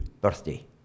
birthday